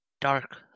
dark